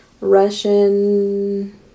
Russian